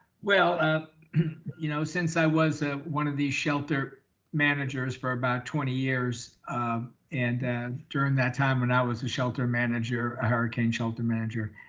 ah you know since i was ah one of these shelter managers for about twenty years and then during that time, when i was a shelter manager, hurricane shelter manager,